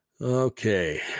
Okay